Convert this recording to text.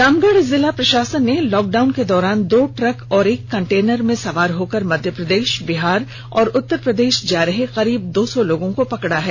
रामगढ़ जिला प्रषासन ने लॉकडाउन के दौरान दो ट्रक और एक कंटेनर में सवार होकर मध्य प्रदेश बिहार और उत्तर प्रदेश जा रहे करीब दो सौ लोगों को पकड़ा है